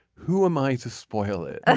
who am i to spoil it